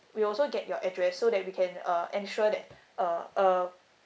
we also get your address so that we can uh ensure that uh uh